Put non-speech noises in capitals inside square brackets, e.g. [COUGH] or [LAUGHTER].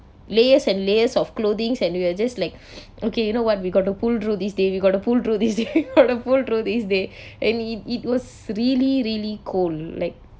layers and layers of clothings and we're just like okay you know what we got to pull through this day we got to pull through this day [LAUGHS] we got to pull through this day and it it was really really cold like